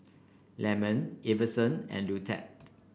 Lyman Iverson and Luetta